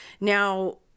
Now